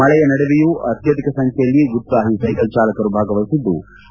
ಮಳೆಯ ನಡುವೆಯು ಅತ್ನಧಿಕ ಸಂಖ್ಯೆಯಲ್ಲಿ ಉತ್ಪಾಹಿ ಸ್ಟೆಕಲ್ ಚಾಲಕರು ಭಾಗವಹಿಸಿದ್ಲು